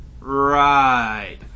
Right